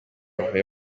avuye